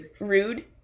Rude